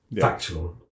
factual